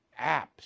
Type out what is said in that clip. apps